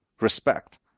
Respect